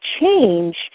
change